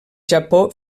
japó